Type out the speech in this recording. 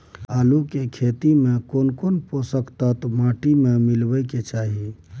आलू के खेती में केना कोन पोषक तत्व माटी में मिलब के चाही?